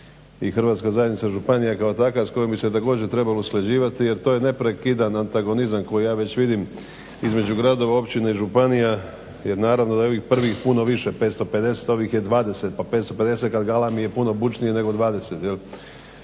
i Hrvatska zajednica županija kao takva s kojom bi se također trebalo usklađivati jer to je neprekidan antagonizam koji ja već vidim između gradova, općina i županija jer naravno da je ovih prvih pun više, 550, ovih je 20 pa 550 kad galami je puno bučnije nego 20